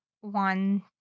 one